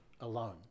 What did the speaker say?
alone